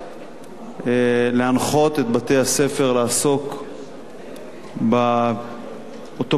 להנחות את בתי-הספר לעסוק באותו פיגוע רצחני